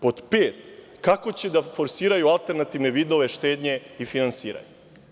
Pod pet – kako će da forsiraju alternativne vidove štednje i finansiranja?